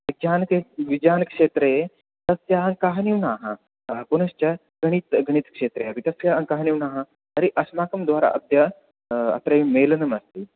विज्ञान् विज्ञानक्षेत्रे तस्य अङ्काः न्यूनाः पुनश्च गणित् गणितक्षेत्रे अपि तस्य अङ्काः न्यूनाः तर्हि अस्माकं द्वारा अद्य अत्रैव मेलनमस्ति